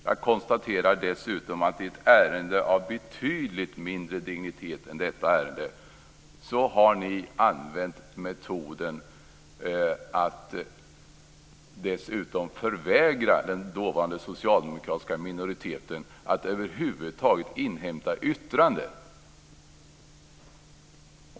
Jag konstaterar dessutom att i ett ärende av betydligt mindre dignitet än detta har ni använt metoden att dessutom förvägra den dåvarande socialdemokratiska minoriteten att över huvud taget inhämta yttrande.